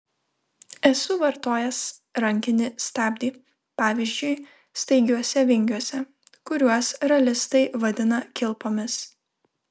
esu vartojęs rankinį stabdį pavyzdžiui staigiuose vingiuose kuriuos ralistai vadina kilpomis